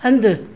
हंधु